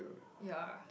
ya